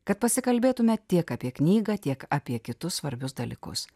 kad pasikalbėtumėme tiek apie knygą tiek apie kitus svarbius dalykus